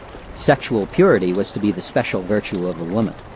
sexual purity was to be the special virtue of a woman.